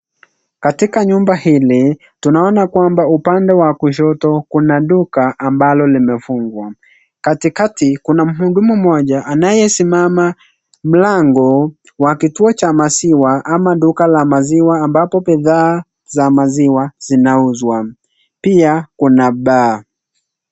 Katika nyumba hili, tunaona kwamba upande wa kushoto kuna duka ambalo limefungwa. Katikati, kuna mhudumu mmoja anayesimama mlangoni kwa kituo cha maziwa ama duka la maziwa ambapo bidhaa za maziwa zinauzwa, Pia kuna bar